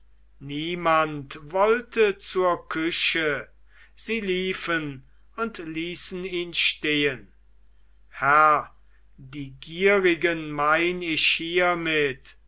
niemand wollte zur küche sie liefen und ließen ihn stehen herr die gierigen mein ich hiermit